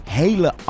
hele